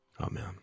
Amen